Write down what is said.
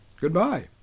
goodbye